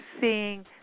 seeing